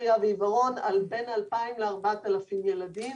ראייה ועיוורון על בין 2,000 ל-4,000 ילדים,